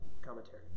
commentary